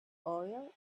oil